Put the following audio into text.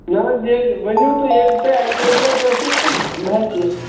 نہ حظ ییٚلہِ ؤنِو تُہۍ ییٚلہِ تُہۍ ایویلیبٕل اتہِ ٲسِو تہٕ بہٕ ہیٚکہٕ یِتھ